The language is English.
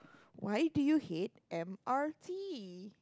why do you hate M_R_T